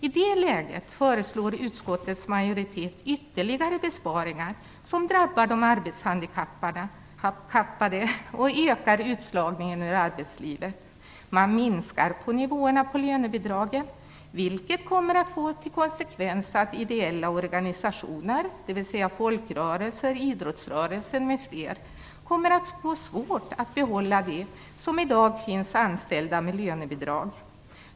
I det läget föreslår utskottets majoritet ytterligare besparingar som drabbar de arbetshandikappade och ökar utslagningen ur arbetslivet. Man sänker nivåerna på lönebidraget, vilket kommer att få till konsekvens att ideella organisationer, dvs. folkrörelser, idrottsrörelser, m.fl., kommer att få svårt att behålla dem som i dag är anställda med lönebidrag.